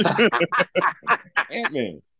Ant-Man